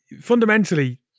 fundamentally